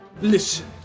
Listen